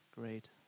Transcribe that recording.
great